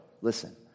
Listen